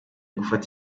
gufata